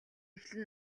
эхлэн